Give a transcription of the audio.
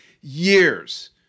years